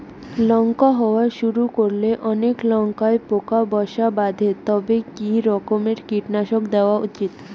লঙ্কা হওয়া শুরু করলে অনেক লঙ্কায় পোকা বাসা বাঁধে তবে কি রকমের কীটনাশক দেওয়া উচিৎ?